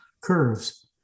curves